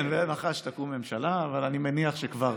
כן, בהנחה שתקום ממשלה, אבל אני מניח שאז כבר